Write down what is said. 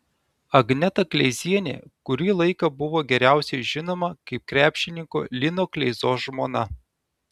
agneta kleizienė kurį laiką buvo geriausiai žinoma kaip krepšininko lino kleizos žmona